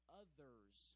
others